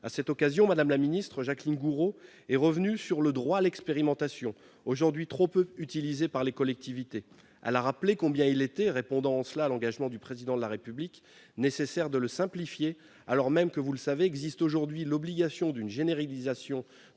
À cette occasion, Mme la ministre Jacqueline Gourault est revenue sur le droit à l'expérimentation, aujourd'hui trop peu utilisé par les collectivités. Elle a rappelé, répondant en cela à l'engagement du Président de la République, combien il était nécessaire de le simplifier, alors même qu'il existe aujourd'hui l'obligation d'une généralisation